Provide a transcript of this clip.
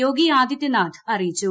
യോഗി Adityanath അറിയിച്ചു